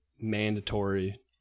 mandatory